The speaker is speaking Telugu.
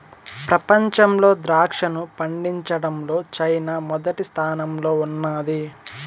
ప్రపంచంలో ద్రాక్షను పండించడంలో చైనా మొదటి స్థానంలో ఉన్నాది